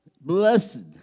blessed